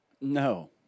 No